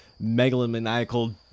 megalomaniacal